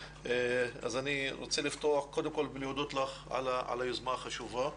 אז אני רוצה לפתוח קודם לך בלהודות לך על היוזמה החשובה.